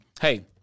hey